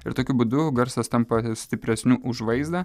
ir tokiu būdu garsas tampa stipresniu už vaizdą